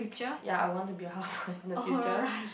ya I want to be a housewife in the future